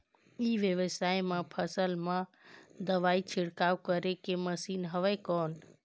ई व्यवसाय म फसल मा दवाई छिड़काव करे के मशीन हवय कौन?